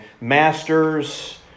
masters